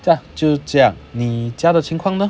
ya 就这样你家的情况呢